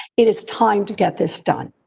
it is time to get this done.